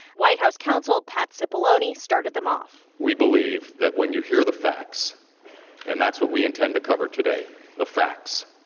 white house counsel pat cipollone started them off we believe that when you hear the facts and that's what we intend to cover today the facts